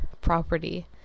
Property